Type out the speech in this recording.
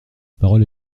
parole